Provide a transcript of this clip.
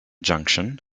junction